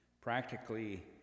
Practically